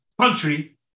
country